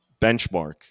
benchmark